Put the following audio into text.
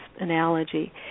analogy